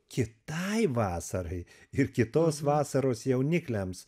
kitai vasarai ir kitos vasaros jaunikliams